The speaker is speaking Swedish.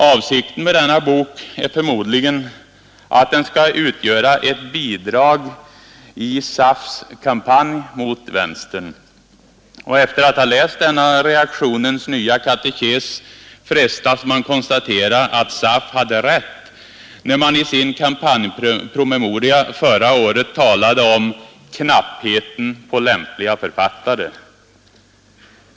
Avsikten med denna bok är förmodligen att den skall utgöra ett bidrag i SAF:s kampanj mot vänstern. Efter att ha läst denna reaktionens nya katekes frestas man konstatera att SAF hade rätt, när föreningen i sin kampanjpromemoria förra året talade om ”knappheten på lämpliga författare”!